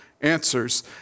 answers